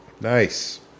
Nice